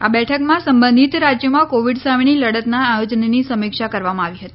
આ બેઠકમાં સંબંધિત રાજ્યોમાં કોવિડ સામેની લડતના આયોજનની સમીક્ષા કરવામાં આવી હતી